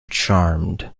charmed